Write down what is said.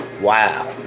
Wow